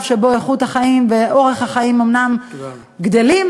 שאיכות החיים ואורך החיים אומנם גבוהים,